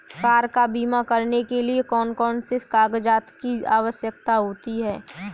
Car का बीमा करने के लिए कौन कौन से कागजात की आवश्यकता होती है?